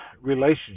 relationship